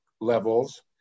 levels